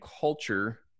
culture